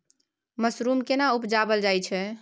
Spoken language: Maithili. मसरूम केना उबजाबल जाय छै?